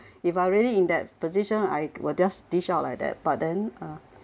If I really in that position I will just dish out like that but then